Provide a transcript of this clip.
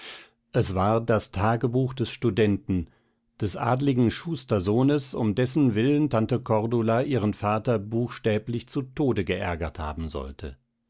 es war das tagebuch des studenten des adligen schustersohnes um dessenwillen tante cordula ihren vater buchstäblich zu tode geärgert haben sollte